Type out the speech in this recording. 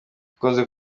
nakunze